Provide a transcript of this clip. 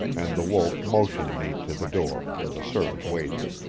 and the wolf motioned me to the door where the servant waited.